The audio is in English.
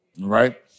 right